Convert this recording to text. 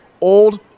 old